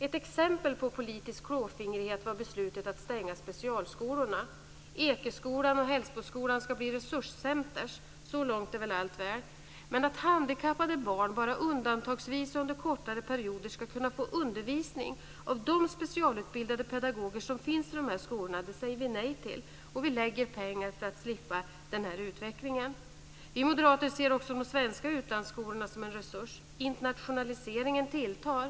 Ett exempel på politisk klåfingrighet var beslutet att stänga specialskolorna. Ekeskolan och Hällsboskolan ska bli resurscenter. Så långt är allt väl. Men att handikappade barn bara undantagsvis och under kortare perioder ska kunna få undervisning av de specialutbildade pedagoger som finns i dessa skolor säger vi nej till. Vi lägger pengar för att slippa den här utvecklingen. Vi moderater ser också de svenska utlandsskolorna som en resurs. Internationaliseringen tilltar.